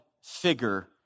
figure